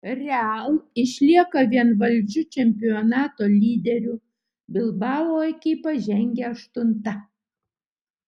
real išlieka vienvaldžiu čempionato lyderiu bilbao ekipa žengia aštunta